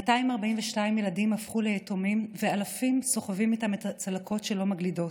242 ילדים הפכו ליתומים ואלפים סוחבים איתם את הצלקות שלא מגלידות.